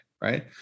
right